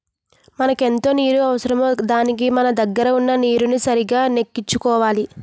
మనకెంత నీరు అవసరమో దానికి మన దగ్గర వున్న నీరుని సరిగా నెక్కేసుకోవాలి